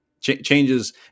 changes